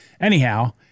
anyhow